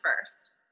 first